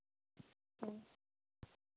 ᱦᱮᱸ